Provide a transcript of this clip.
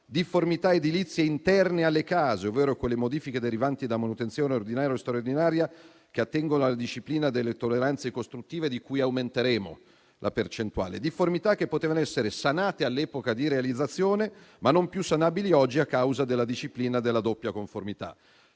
difformità edilizie interne alle case, ovvero quelle modifiche derivanti da manutenzione ordinaria o straordinaria, che attengono alla disciplina delle tolleranze costruttive, di cui aumenteremo la percentuale; difformità che potevano essere sanate all'epoca di realizzazione, ma non più sanabili oggi, a causa della disciplina della doppia conformità.